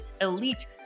elite